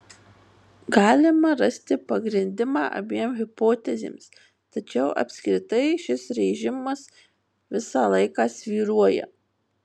galima rasti pagrindimą abiem hipotezėms tačiau apskritai šis režimas visą laiką svyruoja